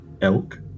Elk